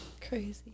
Crazy